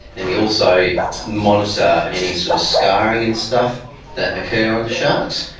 and we also monitor any sort of scarring and stuff that occur on the sharks.